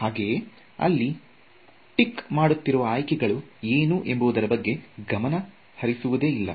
ಹಾಗೆಯೇ ಅಲ್ಲಿ ಟಿಕ್ ಮಾಡುತ್ತಿರುವ ಆಯ್ಕೆಗಳು ಏನು ಎಂಬುದರ ಬಗ್ಗೆ ಗಮನ ಇರುವುದಿಲ್ಲ